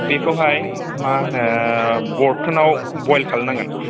बेखौहाय मा होनो बर्टनाव बयेल खालामनांगोन